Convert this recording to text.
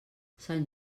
sant